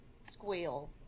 squeal